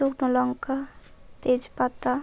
শুকনো লঙ্কা তেজপাতা